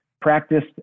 practiced